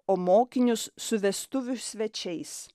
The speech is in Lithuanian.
o mokinius su vestuvių svečiais